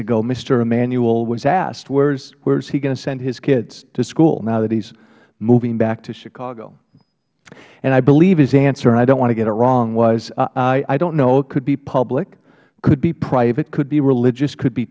mister immanuel was asked where is he going to send his kids to school now that he is moving back to chicago and i believe his answers and i don't want to get it wrong was i don't know it could be public could be private could be religious could be